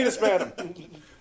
madam